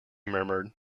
murmured